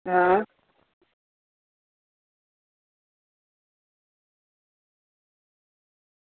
હા